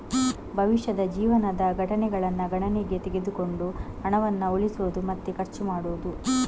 ಭವಿಷ್ಯದ ಜೀವನದ ಘಟನೆಗಳನ್ನ ಗಣನೆಗೆ ತೆಗೆದುಕೊಂಡು ಹಣವನ್ನ ಉಳಿಸುದು ಮತ್ತೆ ಖರ್ಚು ಮಾಡುದು